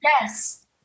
yes